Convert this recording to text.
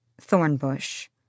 Thornbush-